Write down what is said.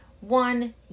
One